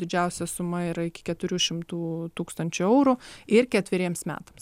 didžiausia suma yra iki keturių šimtų tūkstančių eurų ir ketveriems metams